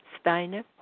Steiner